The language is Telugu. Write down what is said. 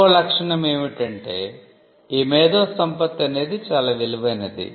ఇంకో లక్షణం ఏమిటంటే ఈ మేధోసంపత్తి అనేది చాలా విలువైనది